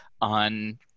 on